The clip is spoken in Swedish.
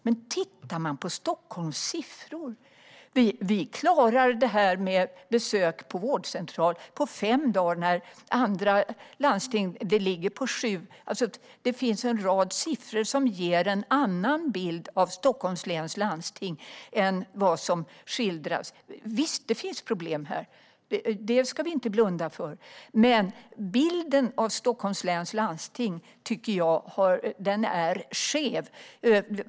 Men titta på Stockholms siffror! Vi klarar det här med besök på vårdcentral på fem dagar medan det i andra landsting ligger på sju. Det finns en rad siffror som ger en annan bild av Stockholms läns landsting än vad som skildras. Visst, det finns problem här. Det ska vi inte blunda för. Men bilden av Stockholms läns landsting tycker jag är skev.